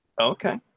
Okay